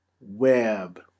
Web